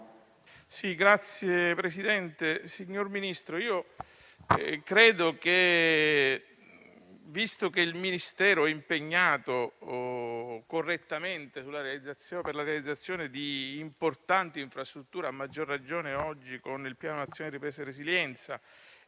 Signor Presidente, signor Ministro, visto che il Ministero è impegnato correttamente nella realizzazione di importanti infrastrutture, a maggior ragione oggi, con il Piano nazionale di ripresa e resilienza